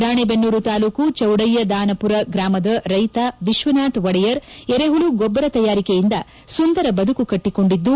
ರಾಣೆಬೆನ್ನೂರ ತಾಲ್ಲೂಕು ಚೌಡಯ್ಕದಾನಪುರ ಗ್ರಮದ ರೈತ ವಿಶ್ವನಾಥ ಒಡೆಯರ್ ಎರೆಹುಳು ಗೊಬ್ಬರ ತಯಾರಿಕೆಯಿಂದ ಸುಂದರ ಬದುಕು ಕಟ್ಟಿಕೊಂಡಿದ್ದು